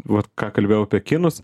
vat ką kalbėjau apie kinus